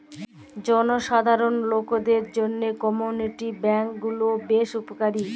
জলসাধারল লকদের জ্যনহে কমিউলিটি ব্যাংক গুলা বেশ উপকারী